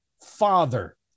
father